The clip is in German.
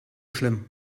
schlimm